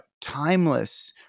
timeless